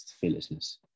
fearlessness